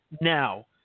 now